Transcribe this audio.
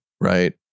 right